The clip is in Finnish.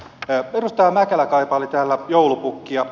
edustaja mäkelä kaipaili täällä joulupukkia